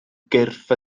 gyrff